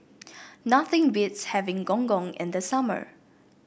nothing beats having Gong Gong in the summer